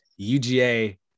UGA